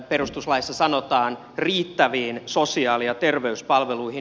perustuslaissa sanotaan riittävät sosiaali ja terveyspalvelut